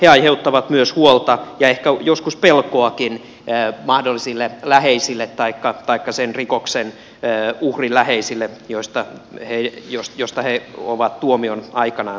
he aiheuttavat myös huolta ja ehkä joskus pelkoakin mahdollisille läheisille taikka sen rikoksen uhrin läheisille josta ei jos josta he ovat tuomion aikanaan saaneet uhrin läheisille